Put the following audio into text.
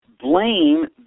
Blame